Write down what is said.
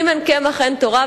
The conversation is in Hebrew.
"אם אין קמח אין תורה",